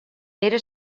era